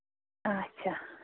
اَچھا